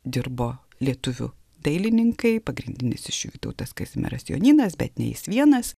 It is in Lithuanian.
dirbo lietuvių dailininkai pagrindinis iš vytautas kazimieras jonynas bet ne jis vienas